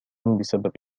بسبب